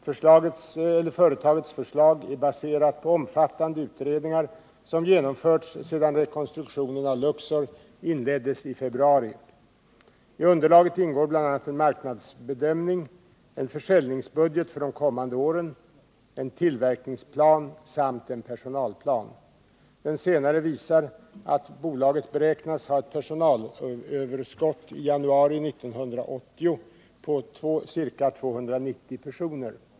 Företagets förslag är baserat på omfattande utredningar, som genomförts sedan rekonstruktionen av Luxor inleddes i februari. I underlaget ingår bl.a. en marknadsbedömning, en försäljningsbudget för de kommande åren, en tillverkningsplan samt en personalplan. Den senare visar att bolaget beräknas ha ett personalöverskott i januari 1980 på ca 290 personer.